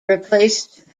replaced